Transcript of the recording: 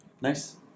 Nice